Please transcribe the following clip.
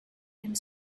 and